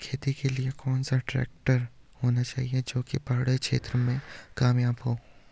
खेती के लिए कौन सा ट्रैक्टर होना चाहिए जो की पहाड़ी क्षेत्रों में कामयाब हो?